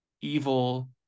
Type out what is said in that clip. evil